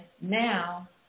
now